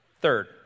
Third